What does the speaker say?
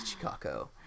Chicago